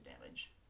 damage